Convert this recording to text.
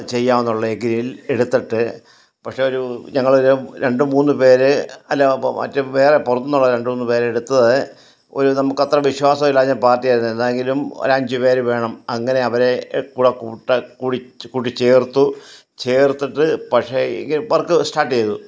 അത് ചെയ്യാമെന്ന് എഗ്രിമെൻറ്റിൽ എടുത്തിട്ട് പക്ഷേ ഒരു ഞങ്ങൾ ഒരു രണ്ട് മൂന്ന് പേർ അല്ല മറ്റ് വേറെ പുറത്തുന്നുള്ള രണ്ട് മൂന്ന് പേരെ എടുത്ത് ഒരു നമുക്ക് അത്ര വിശ്വാസം ഇല്ലാഞ്ഞ പാർട്ടി ആയിരുന്നു എന്നാകിലും ഒരഞ്ച് പേരെ വേണം അങ്ങനെ അവരെ കൂടെ കൂട്ടെ കൂടി കൂടി ചേർത്തു ചേർത്തിട്ട് പക്ഷേ ഇങ്ങനെ വർക്ക് സ്റ്റാർട്ട് ചെയ്തു